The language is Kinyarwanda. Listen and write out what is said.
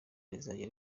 rizajya